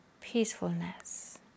peacefulness